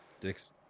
dick's